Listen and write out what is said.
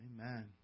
Amen